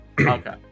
Okay